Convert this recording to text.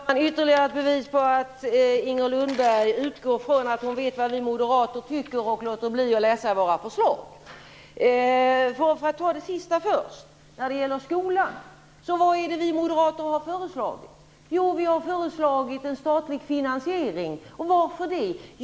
Herr talman! Jag fick ytterligare ett bevis på att Inger Lundberg utgår ifrån att hon vet vad vi moderater tycker trots att hon låter bli att läsa våra förslag. Vad är det som vi moderater har föreslagit när det gäller skolan? Jo, vi har föreslagit en statlig finansiering. Och varför det?